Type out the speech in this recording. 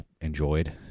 enjoyed